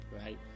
right